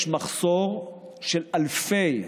יש מחסור של אלפי,